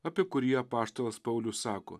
apie kurį apaštalas paulius sako